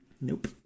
Nope